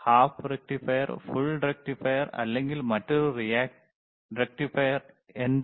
half rectifier full rectifier അല്ലെങ്കിൽ മറ്റൊരു rectifier എന്താണ്